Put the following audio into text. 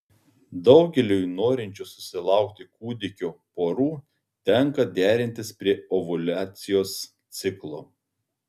daugeliui norinčių susilaukti kūdikio porų tenka derintis prie ovuliacijos ciklo